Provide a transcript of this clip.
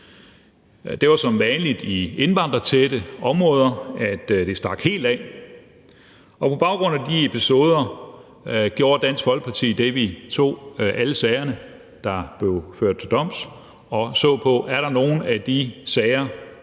Det var som vanligt i indvandrertætte områder, at det stak helt af, og på baggrund af de episoder gjorde Dansk Folkeparti det, at vi tog alle de sager, der blev ført til doms, og så på, om der var nogle af de sager,